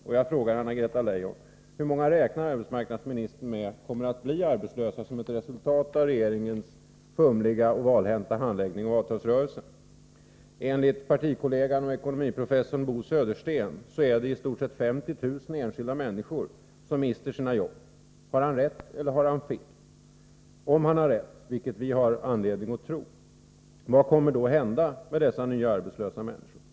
Och jag frågar Anna-Greta Leijon: Hur många räknar arbetsmarknadsministern med kommer att bli arbetslösa som ett resultat av regeringens fumliga och valhänta handläggning av avtalsrörelsen? Enligt partikollegan och ekonomiprofessorn Bo Södersten är det i stort sett 50 000 enskilda människor som mister sina jobb. Har han rätt eller fel? Och om han har rätt, vilket vi har anledning att tro, vad kommer då att hända med dessa nya arbetslösa människor?